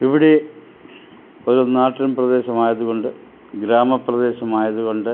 ഇവിടെ ഒരു നാട്ടിൻപ്രദേശമായതുകൊണ്ട് ഗ്രാമപ്രദേശമായതുകൊണ്ട്